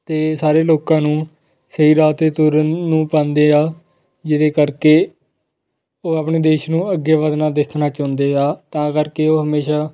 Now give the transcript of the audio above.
ਅਤੇ ਸਾਰੇ ਲੋਕਾਂ ਨੂੰ ਸਹੀ ਰਾਹ 'ਤੇ ਤੁਰਨ ਨੂੰ ਪਾਉਂਦੇ ਆ ਜਿਹਦੇ ਕਰਕੇ ਉਹ ਆਪਣੇ ਦੇਸ਼ ਨੂੰ ਅੱਗੇ ਵਧਣਾ ਦੇਖਣਾ ਚਾਹੁੰਦੇ ਆ ਤਾਂ ਕਰਕੇ ਉਹ ਹਮੇਸ਼ਾ